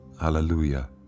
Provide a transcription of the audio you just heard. Hallelujah